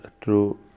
true